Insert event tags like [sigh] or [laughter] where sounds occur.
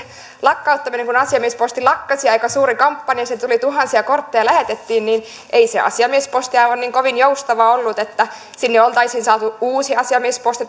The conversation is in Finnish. lakkauttaminen kun asiamiesposti lakkasi ja aika suuri kampanja siitä tuli tuhansia kortteja lähetettiin niin ei se asiamiesposti aivan niin kovin joustava ollut että sinne oltaisiin saatu uusi asiamiesposti [unintelligible]